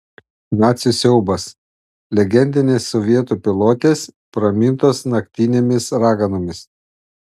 nacių siaubas legendinės sovietų pilotės pramintos naktinėmis raganomis